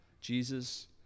Jesus